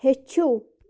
ہیٚچھِو